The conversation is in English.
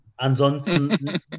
Ansonsten